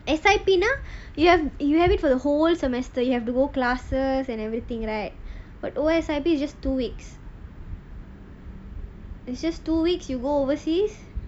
S_I_P you have it for the whole semester you have to go classes and everything right but O_S_I_P is just two weeks it's just two weeks you go overseas